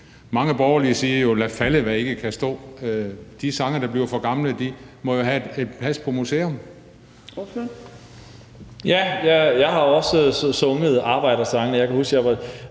Mange borgerlige siger jo: Lad falde, hvad ikke kan stå. De sange, der bliver for gamle, må jo så have en plads på museum. Kl. 22:45 Fjerde næstformand (Trine